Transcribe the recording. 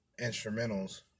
instrumentals